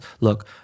Look